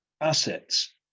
assets